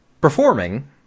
performing